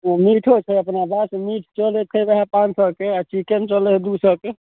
मीटो छै अपना पास मीट चलै छै ओएह पान सएके आओर चिकेन चलै हय दू सएके